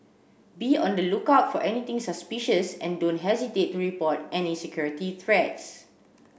be on the lookout for anything suspicious and don't hesitate to report any security threats